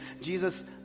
Jesus